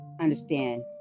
understand